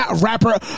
rapper